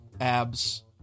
abs